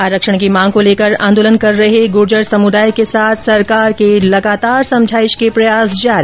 आरक्षण की मांग को लेकर आंदोलन कर रहे गुर्जर समुदाय के साथ सरकार के लगातार समझाइश के प्रयास जारी